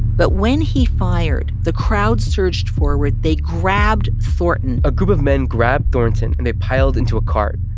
but when he fired, the crowd surged forward. they grabbed thornton a group of men grabbed thornton, and they piled into a cart.